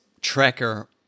tracker